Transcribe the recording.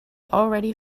already